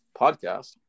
podcast